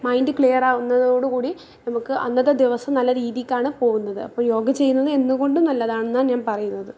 mind ക്ലിയറാവുന്നതോടു കൂടി നമുക്ക് അന്നത്തെ ദിവസം നല്ല രീതിക്കാണ് പോവുന്നത് അപ്പം യോഗ ചെയ്യുന്നത് എന്ത് കൊണ്ടും നല്ലതാണെന്നാണ് ഞാൻ പറയുന്നത്